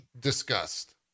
discussed